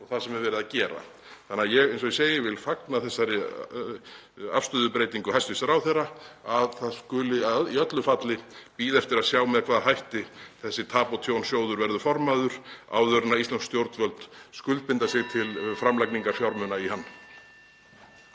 og það sem er verið að gera. Ég vil, eins og ég segi, fagna þessari afstöðubreytingu hæstv. ráðherra að það skuli í öllu falli bíða eftir að sjá með hvaða hætti þessi tap- og tjónsjóður verður formaður áður en íslensk stjórnvöld skuldbinda sig til framlagningar fjármuna í hann.